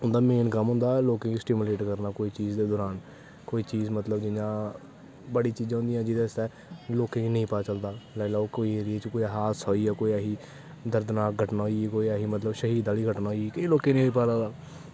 उं'दा मेंन कम्म होंदा लोकें गी सटिमूलेट करना कोई चीज दे दुरान कोई चीज मतलब जि'यां बड़ी चीजां होंदियां जेह्दै आस्तै लोकें गी नेईं पता चलदा लाई लैओ कुसै एरियै च ऐसा हादसा होई गेआ कोई ऐसी दर्दनाक घटना होई कोई ऐसी मतलब शहीद आह्ली घटना होई केईं लोकें गी नेईं पता लगदा